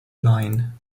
line